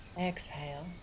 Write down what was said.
exhale